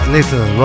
Little